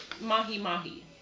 mahi-mahi